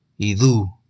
Idu